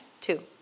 Two